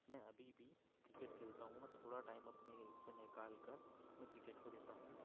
मैं अभी भी क्रिकेट खेलता हूँ मैं थोड़ा टाइम अपने से निकाल कर मैं क्रिकेट को देता हूँ